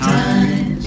time